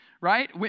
right